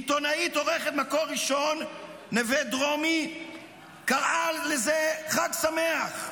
עיתונאית עורכת מקור ראשון נווה דרומי קראה לזה חג שמח.